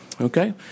Okay